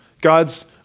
God's